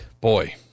boy